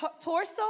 torso